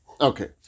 Okay